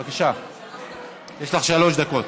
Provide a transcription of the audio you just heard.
בבקשה, יש לך שלוש דקות.